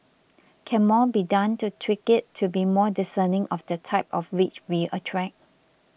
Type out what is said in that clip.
can more be done to tweak it to be more discerning of the type of rich we attract